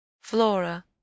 Flora